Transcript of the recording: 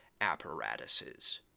apparatuses